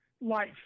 life